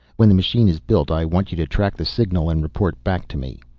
when the machine is built i want you to track the signal and report back to me.